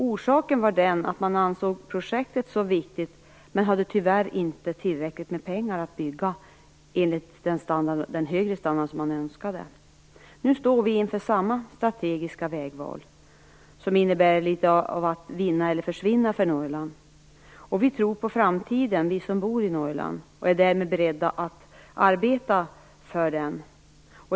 Orsaken var den att man visserligen ansågs projektet vara viktigt men tyvärr inte hade tillräckligt med pengar för att bygga med den högre standard som man önskade. Nu står vi inför samma strategiska vägval, som innebär litet av att vinna eller försvinna för Norrland. Vi som bor i Norrland tror på framtiden och är därmed beredda att arbeta för den.